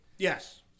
Yes